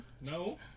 No